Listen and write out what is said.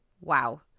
wow